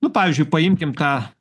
nu pavyzdžiui paimkim tą